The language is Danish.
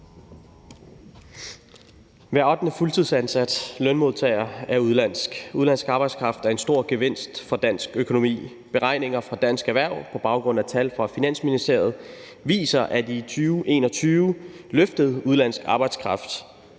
Hver ottende fuldtidsansatte lønmodtager er udenlandsk. Udenlandsk arbejdskraft er en stor gevinst for dansk økonomi. Beregninger fra Dansk Erhverv på baggrund af tal fra Finansministeriet viser, at i 2021 løftede udenlandsk arbejdskraft